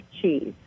cheese